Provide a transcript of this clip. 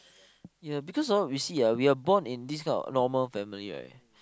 yea because orh you see ah we are born in this kind of normal family right